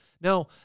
Now